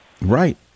Right